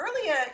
earlier